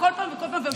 לקבוצה של הומואים,